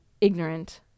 ignorant